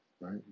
right